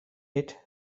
hit